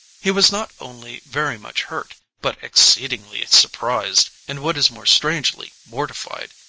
he was not only very much hurt, but exceedingly surprised, and what is more strangely mortified.